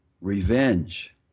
revenge